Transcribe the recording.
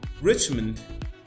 Richmond